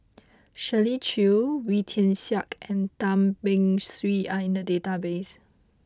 Shirley Chew Wee Tian Siak and Tan Beng Swee are in the database